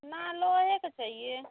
ना लोहे का चाहिए